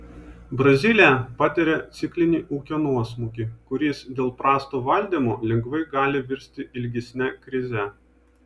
brazilija patiria ciklinį ūkio nuosmukį kuris dėl prasto valdymo lengvai gali virsti ilgesne krize